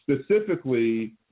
specifically